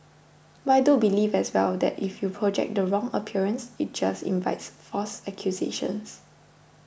but I do believe as well that if you project the wrong appearance it just invites false accusations